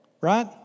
right